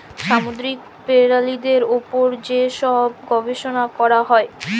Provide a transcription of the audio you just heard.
সামুদ্দিরিক পেরালিদের উপর যে ছব গবেষলা ক্যরা হ্যয়